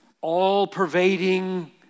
all-pervading